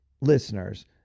listeners